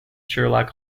sherlock